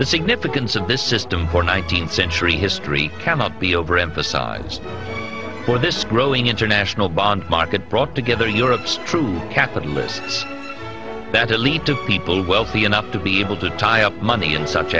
the significance of this system for nineteenth century history cannot be overemphasized for this growing international bond market brought together europe's true capitalists better lead to people wealthy enough to be able to tie up money in such